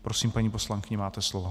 Prosím, paní poslankyně, máte slovo.